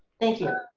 thank you.